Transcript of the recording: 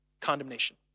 Condemnation